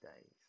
days